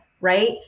right